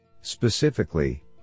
Specifically